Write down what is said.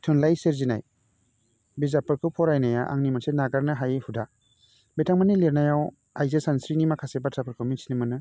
थुनलाइ सोरजिनाय बिजाबफोरखौ फरायनाया आंनि मोनसे नागारनो हायै हुदा बिथांमोननि लिरनायाव आयजो सानस्रिनि माखासे बाथ्राफोरखौ मिथिनो मोनो